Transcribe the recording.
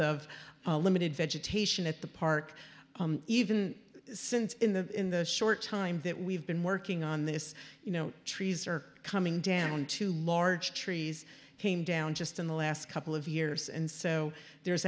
of limited vegetation at the park even since in the in the short time that we've been working on this you know trees are coming down two large trees came down just in the last couple of years and so there's